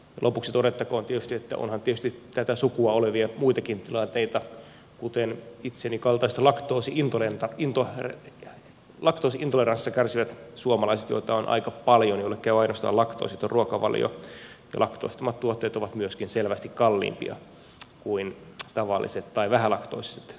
lopuksi todettakoon että onhan tietysti tätä sukua olevia muitakin tilanteita kuten itseni kaltaista laktoosi intoleranssia kärsivät suomalaiset joita on aika paljon ja joille käy ainoastaan laktoositon ruokavalio ja laktoosittomat tuotteet ovat myöskin selvästi kalliimpia kuin tavalliset tai vähälaktoosiset tuotteet